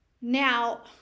Now